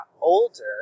older